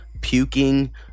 puking